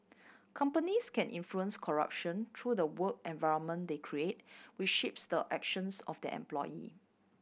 companies can influence corruption through the work environment they create which shapes the actions of their employee